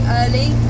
early